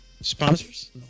sponsors